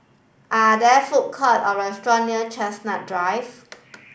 are there food court or restaurants near Chestnut Drive